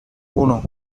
uno